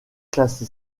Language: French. classé